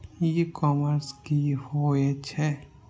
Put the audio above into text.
ई commerce की होए छै?